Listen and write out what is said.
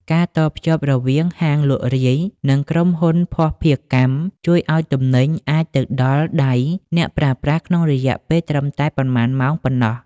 ការតភ្ជាប់រវាងហាងលក់រាយ និងក្រុមហ៊ុនភស្តុភារកម្ម ជួយឱ្យទំនិញអាចទៅដល់ដៃអ្នកប្រើប្រាស់ក្នុងរយៈពេលត្រឹមតែប៉ុន្មានម៉ោងប៉ុណ្ណោះ។